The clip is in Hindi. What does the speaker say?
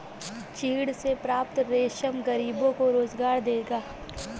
चीड़ से प्राप्त रेशा गरीबों को रोजगार देगा